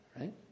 right